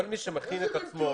כל מי שמכין את עצמו, יש לו.